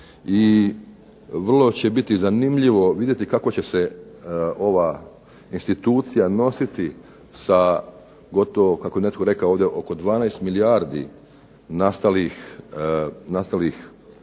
i vrlo će biti zanimljivo vidjeti kako će se ova institucija nositi sa gotovo, kako je netko rekao ovdje, oko 12 milijardi nastale